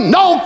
no